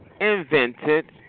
invented